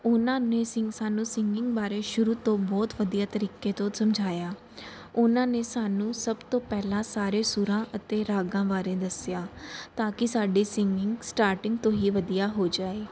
ਉਹਨਾਂ ਨੇ ਸਿੰਗ ਸਾਨੂੰ ਸਿੰਗਿੰਗ ਬਾਰੇ ਸ਼ੁਰੂ ਤੋਂ ਬਹੁਤ ਵਧੀਆ ਤਰੀਕੇ ਤੋਂ ਸਮਝਾਇਆ ਉਹਨਾਂ ਨੇ ਸਾਨੂੰ ਸਭ ਤੋਂ ਪਹਿਲਾਂ ਸਾਰੇ ਸੁਰਾਂ ਅਤੇ ਰਾਗਾਂ ਬਾਰੇ ਦੱਸਿਆ ਤਾਂ ਕਿ ਸਾਡੀ ਸਿੰਗਿੰਗ ਸਟਾਰਟਿੰਗ ਤੋਂ ਹੀ ਵਧੀਆ ਹੋ ਜਾਏ